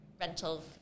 rental